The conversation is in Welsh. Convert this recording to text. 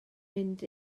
mynd